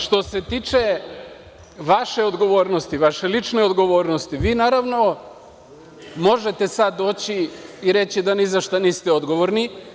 Što se tiče vaše odgovornosti, vaše lične odgovornosti, vi naravno možete sad doći i reći da ni za šta niste odgovorni.